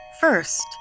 first